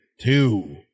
two